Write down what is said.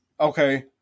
Okay